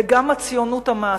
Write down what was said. וגם הציונות המעשית,